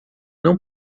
não